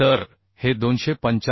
तर हे 285